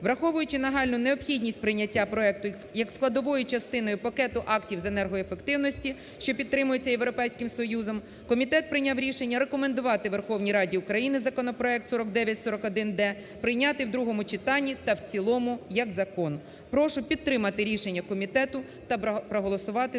Враховуючи нагальну необхідність прийняття проекту як складовою частиною пакету актів з енергоефективності, що підтримуються Європейським Союзом, комітет прийняв рішення рекомендувати Верховній Раді України законопроект (4941-д) прийняти в другому читанні та в цілому як закон. Прошу підтримати рішення комітету та проголосувати за